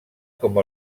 com